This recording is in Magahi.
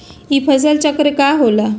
ई फसल चक्रण का होला?